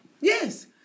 Yes